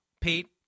Pete